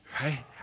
Right